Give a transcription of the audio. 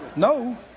No